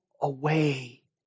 away